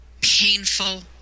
painful